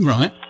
Right